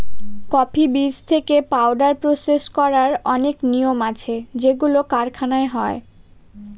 coffee বীজ থেকে powder process করার অনেক নিয়ম আছে যেগুলো কারখানায় হয়